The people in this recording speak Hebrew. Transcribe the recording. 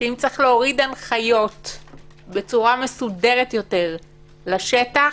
שאם צריך להוריד הנחיות בצורה מסודרת יותר לשטח,